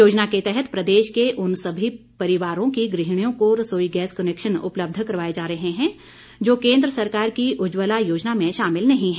योजना के तहत प्रदेश के उन सभी परिवारों की गृहिणियों को रसोई गैस कनेक्शन उपलब्ध करवाए जा रहे हैं जो केन्द्र सरकार की उज्वला योजना में शामिल नहीं हैं